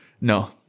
No